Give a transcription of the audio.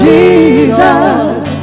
Jesus